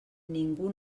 ningú